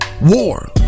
war